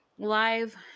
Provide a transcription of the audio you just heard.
live